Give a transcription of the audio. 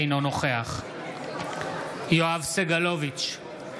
אינו נוכח יואב סגלוביץ'